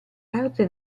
parte